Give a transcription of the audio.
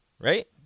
right